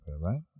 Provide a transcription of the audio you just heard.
right